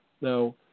Now